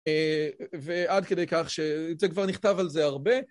ועד כדי כך ש... זה כבר נכתב על זה הרבה.